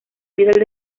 vida